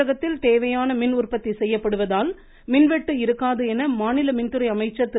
தமிழகத்தில் தேவையான மின்உற்பத்தி செய்யப்படுவதால் மின்வெட்டு இருக்காது என மாநில மின்துறை அமைச்சர் திரு